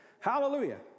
Hallelujah